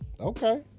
Okay